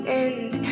end